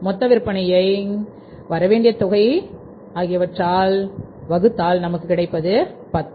மொத்த விற்பனையை வரவேண்டிய தொகை கொடுத்தால் நமக்கு கிடைப்பது 10